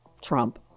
Trump